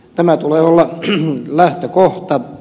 tämän tulee olla lähtökohta